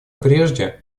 прежде